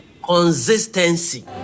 consistency